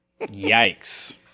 Yikes